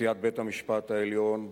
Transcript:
נשיאת בית-המשפט העליון,